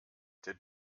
der